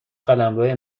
قلمروه